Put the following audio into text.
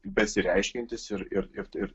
besireiškiantys ir ir ir